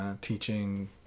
teaching